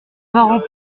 parents